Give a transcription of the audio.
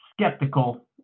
skeptical